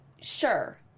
Sure